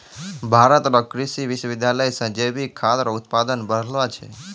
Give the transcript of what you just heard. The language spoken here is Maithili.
भारत रो कृषि विश्वबिद्यालय से जैविक खाद रो उत्पादन बढ़लो छै